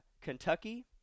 Kentucky